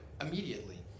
immediately